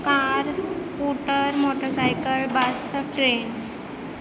car scooter motorcycle bus train